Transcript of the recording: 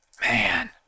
man